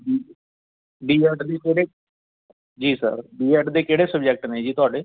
B B Ed ਦੀ ਕਿਹੜੇ ਜੀ ਸਰ ਬੀ ਐਡ ਦੇ ਕਿਹੜੇ ਸਬਜੈਕਟ ਨੇ ਜੀ ਤੁਹਾਡੇ